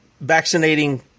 vaccinating